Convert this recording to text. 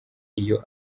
iyo